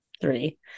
three